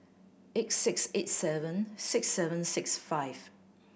eight six eight seven six seven six five